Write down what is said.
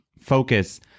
focus